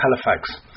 Halifax